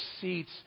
seats